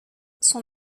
son